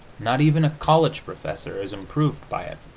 not even a college professor is improved by it.